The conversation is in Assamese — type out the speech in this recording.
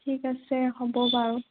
ঠিক আছে হ'ব বাৰু